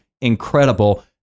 incredible